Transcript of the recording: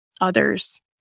others